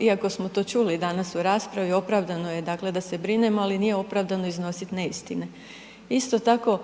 iako smo to čuli danas u raspravi opravdano je dakle da se brinemo, ali nije opravdano iznosit neistine. Isto tako,